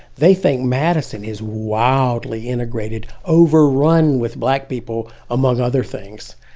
they think madison is wild ly integrated, overrun with black people, among other things.